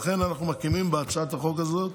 לכן, אנחנו מקימים בהצעת החוק הזאת